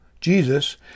Jesus